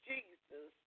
Jesus